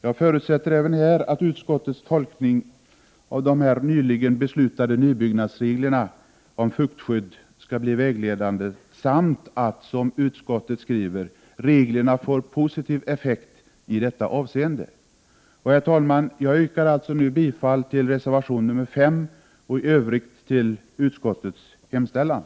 Jag förutsätter även i detta sammanhang att utskottets tolkning av de nyligen beslutade nybyggnadsreglerna om fuktskydd skall bli vägledande samt att, som utskottet skriver, reglerna får positiv effekt i detta avseende. Herr talman! Jag yrkar alltså bifall till reservation 5 och i övrigt till utskottets hemställan.